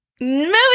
Movie